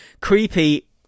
Creepy